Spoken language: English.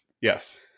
yes